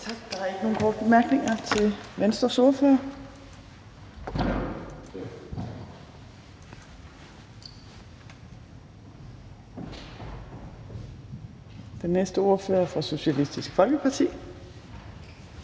Der er ikke nogen korte bemærkninger til Venstres ordfører. Den næste ordfører er fra Socialistisk Folkeparti,